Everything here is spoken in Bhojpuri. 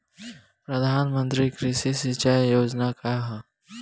प्रधानमंत्री कृषि सिंचाई योजना का ह?